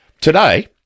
Today